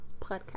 podcast